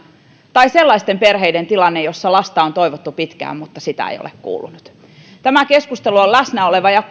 tai sellaisten perheiden tilanne jossa lasta on toivottu pitkään mutta sitä ei ole kuulunut ovat tässä keskustelussa läsnä ja